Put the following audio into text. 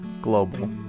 global